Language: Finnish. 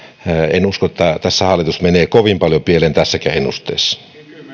en usko että hallitus menee kovin paljon pieleen tässäkään ennusteessa